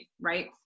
right